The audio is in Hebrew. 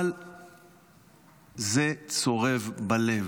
אבל זה צורב בלב.